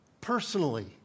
Personally